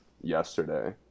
yesterday